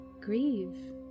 grieve